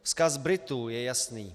Vzkaz Britů je jasný.